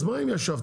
אז מה אם ישבת?